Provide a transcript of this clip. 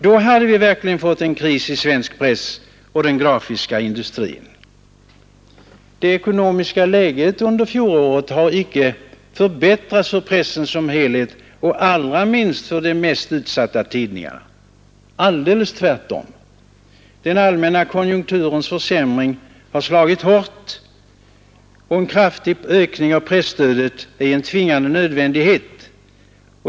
Då hade vi verkligen fått en kris i svensk press och i den grafiska industrin. Det ekonomiska läget under fjolåret har icke förbättrats för pressen som helhet och allra minst för de mest utsatta tidningarna. Tvärt om. Den allmänna konjunkturens försämring har slagit hårt och en kraftig ökning av presstödet är en tvingande nödvändighet.